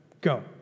go